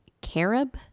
carob